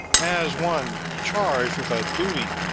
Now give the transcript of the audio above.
as one charged with a duty,